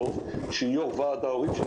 שהיא יושבת-ראש ועד ההורים של